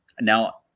now